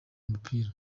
umupira